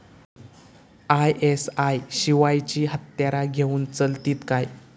ISI शिवायची हत्यारा घेऊन चलतीत काय?